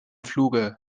fluge